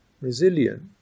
resilient